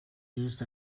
used